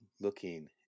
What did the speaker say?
looking